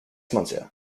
monsieur